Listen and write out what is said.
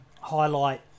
highlight